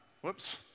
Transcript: Whoops